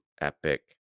epic